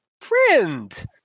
friend